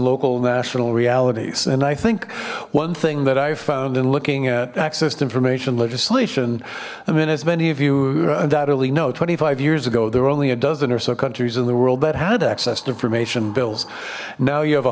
local national realities and i think one thing that i found in looking at access to information legislation i mean as many of you undoubtedly know twenty five years ago there were only a dozen or so countries in the world that had accessed information bills now you have